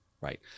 right